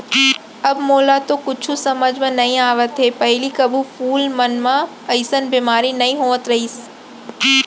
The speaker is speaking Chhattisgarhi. अब मोला तो कुछु समझ म नइ आवत हे, पहिली कभू फूल मन म अइसन बेमारी नइ होत रहिस